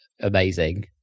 amazing